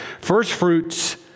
Firstfruits